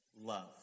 love